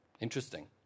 Interesting